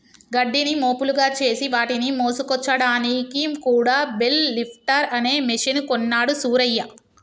గడ్డిని మోపులుగా చేసి వాటిని మోసుకొచ్చాడానికి కూడా బెల్ లిఫ్టర్ అనే మెషిన్ కొన్నాడు సూరయ్య